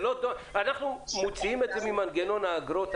אנחנו מוציאים את זה ממנגנון האגרות הרגיל.